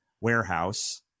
warehouse